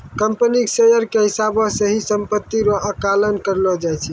company के share के हिसाबौ से ही सम्पत्ति रो आकलन करलो जाय छै